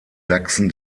sachsen